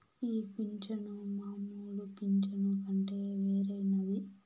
ఈ పింఛను మామూలు పింఛను కంటే వేరైనది